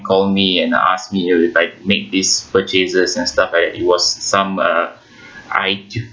call me and ask me if I make this purchases and stuff like that it was some uh I tu~